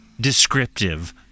descriptive